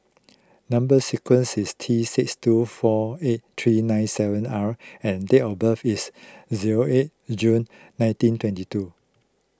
Number Sequence is T six two four eight three nine seven R and date of birth is zero eight June nineteen twenty two